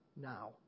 now